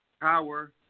power